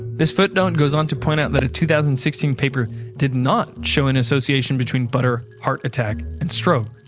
this footnote goes on to point out that a two thousand and sixteen paper did not show an association between butter, heart attack and stroke.